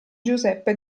giuseppe